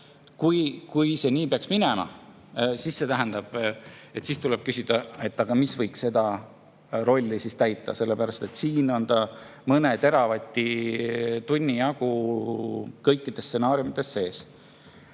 Kui see nii peaks minema, siis see tähendab, et tuleb küsida, mis võiks seda rolli täita, sellepärast et siin on see mõne teravatt-tunni jagu kõikides stsenaariumides sees.